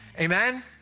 Amen